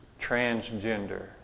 transgender